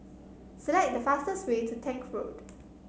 select the fastest way to Tank Road